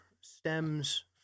stems